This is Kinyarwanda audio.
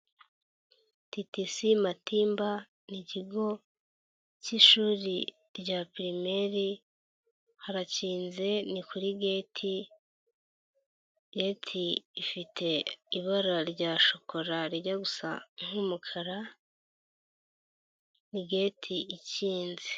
TTC Matimba ni ikigo cy'ishuri rya pirimeri harakinze ni kuri geti, geti ifite ibara rya shoko rijya gusa nk'umukara ni geti ikinze.